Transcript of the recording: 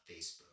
Facebook